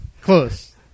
Close